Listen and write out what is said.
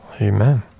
Amen